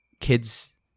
kids